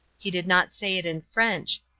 he did not say it in french.